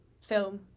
Film